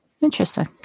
interesting